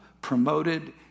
promoted